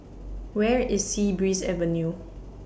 Where IS Sea Breeze Avenue